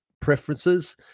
preferences